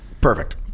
Perfect